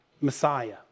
Messiah